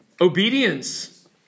Obedience